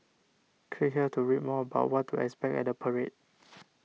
click here to read more about what to expect at the parade